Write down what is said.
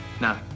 No